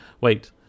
Wait